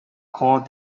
called